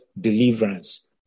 deliverance